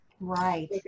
Right